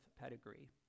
pedigree